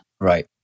Right